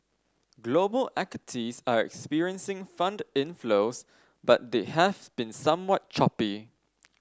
global equities are experiencing fund inflows but they have been somewhat choppy